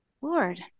Lord